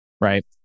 right